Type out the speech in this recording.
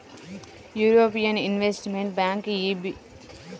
European investment bank EIB ప్రధాన కార్యాలయం లక్సెంబర్గ్లో ఉంది